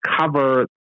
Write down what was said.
cover